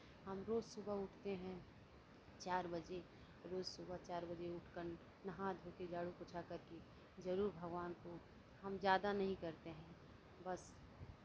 हम रोज सुबह उठते हैं चार बजे रोज सुबह चार बजे उठ कर नहा धो के झाड़ू पोछा करके जरूर भगवान को हम ज़्यादा नहीं करते हैं बस